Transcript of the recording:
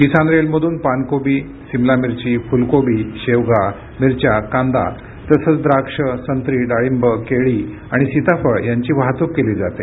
किसान रेलमधून पानकोबी सिमला मिर्ची फूलकोबी शेवगा मिरच्या कांदा तसंच द्राक्ष संत्री डाळिंब केळी आणि सिताफळ यांची वाहतूक केली जाते